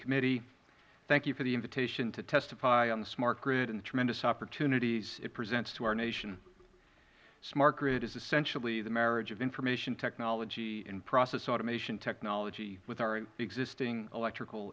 committee thank you for the invitation to testify on the smart grid and the tremendous opportunities it presents for our nation smart grid is essentially the marriage of information technology and process automation technology with our existing electrical